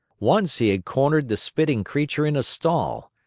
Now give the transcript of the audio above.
once he had cornered the spitting creature in a stall.